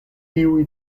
tiuj